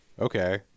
okay